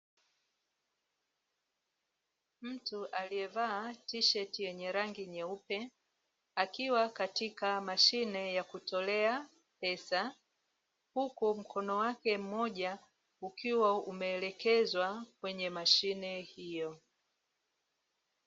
Mtu aliyevaa tisheti yenye rangi nyeupe akiwa katika mashine ya kutolea pesa, huku mkono wake mmoja ukiwa umeelekezwa kwenye mashine hiyo.